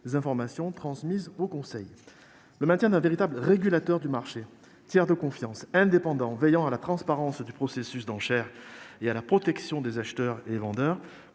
des informations transmises au Conseil. Le maintien d'un véritable régulateur du marché, tiers de confiance indépendant veillant à la transparence du processus d'enchères et à la protection des acheteurs et des vendeurs,